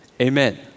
amen